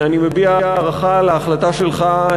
אני מביע הערכה להחלטה שלך,